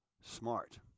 smart